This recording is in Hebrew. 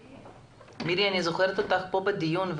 מירי אני זוכרת אותך מהדיון,